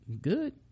good